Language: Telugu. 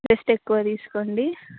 రెస్ట్ ఎక్కువ తీసుకోండి